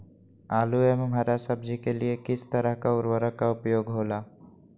आलू एवं हरा सब्जी के लिए किस तरह का उर्वरक का उपयोग होला?